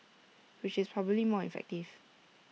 which is probably more effective